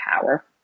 power